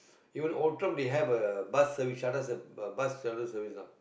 you in Outram there have a bus service shuttle serve bus shuttle service lah